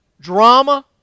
drama